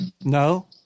No